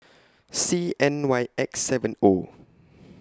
C N Y X seven O